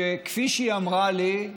כפי שהיא אמרה לי,